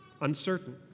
uncertain